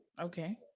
Okay